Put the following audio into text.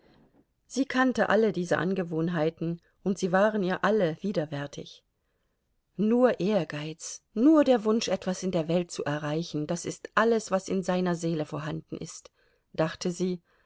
sie kannte alle diese angewohnheiten und sie waren ihr alle widerwärtig nur ehrgeiz nur der wunsch etwas in der welt zu erreichen das ist alles was in seiner seele vorhanden ist dachte sie